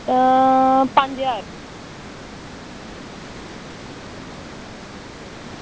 अ पंज ज्हार